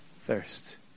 thirst